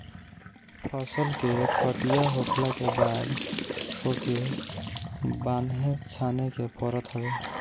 फसल के कटिया होखला के बाद ओके बान्हे छाने के पड़त हवे